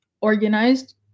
organized